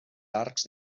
arcs